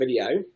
video